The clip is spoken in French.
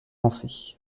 lancé